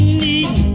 need